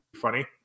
funny